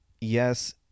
yes